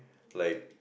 like